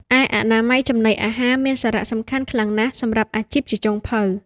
ឯអនាម័យចំណីអាហារមានសារៈសំខាន់ខ្លាំងណាស់សម្រាប់អាជីពជាចុងភៅ។